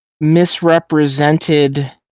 Misrepresented